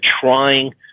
trying